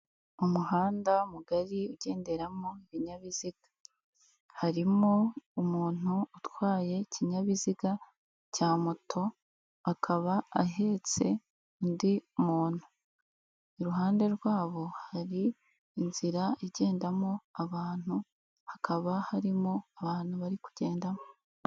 Umuhanda mugari ugenderamo ibinyabiziga. Harimo umuntu utwaye ikinyabiziga cya moto, akaba ahetse undi muntu. Iruhande rwabo hari inzira igendamo abantu, hakaba harimo abantu bari kugendamo.